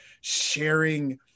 sharing